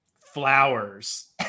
flowers